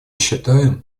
считаем